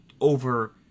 over